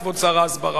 כבוד שר ההסברה.